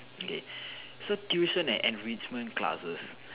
okay so tuition and enrichment classes